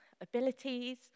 abilities